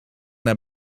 naar